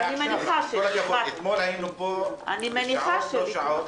אבל אני מניחה שזה -- אתמול היינו פה שעות לא שעות